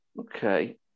Okay